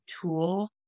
tool